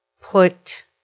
put